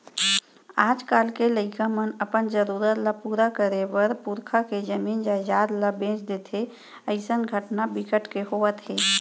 आजकाल के लइका मन अपन जरूरत ल पूरा करे बर पुरखा के जमीन जयजाद ल बेच देथे अइसन घटना बिकट के होवत हे